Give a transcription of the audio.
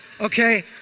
okay